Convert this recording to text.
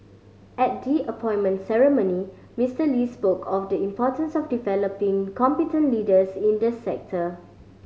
at the appointment ceremony Mister Lee spoke of the importance of developing competent leaders in the sector